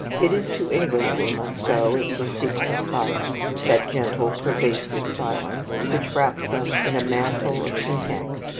it is to england we must go if we seek for silence, that gentle, pervasive silence which wraps us in a mantle of content.